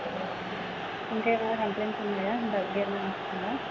ఇంకా ఏమన్నా కంప్లయింట్స్ ఉన్నాయా దగ్గేమన్నా వస్తుందా